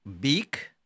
beak